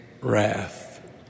wrath